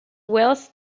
wills